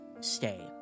stay